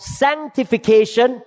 sanctification